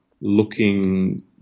looking